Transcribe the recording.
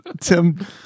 Tim